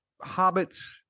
hobbits